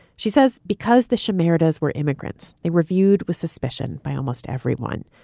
she says because the samaritans were immigrants, they were viewed with suspicion by almost everyone.